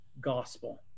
gospel